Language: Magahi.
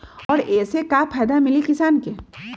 और ये से का फायदा मिली किसान के?